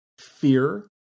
fear